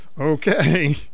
Okay